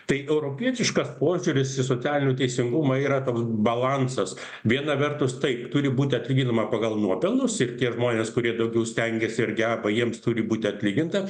tai europietiškas požiūris į socialinį teisingumą yra toks balansas viena vertus taip turi būti atlyginama pagal nuopelnus ir tie žmonės kurie daugiau stengiasi ir geba jiems turi būti atlyginta